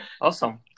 Awesome